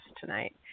tonight